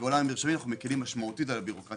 בעולם המרשמים או מקלים משמעותית על הבירוקרטיה